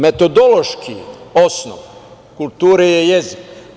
Metodološki osnov kulture je jezik.